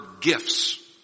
gifts